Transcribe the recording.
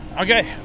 Okay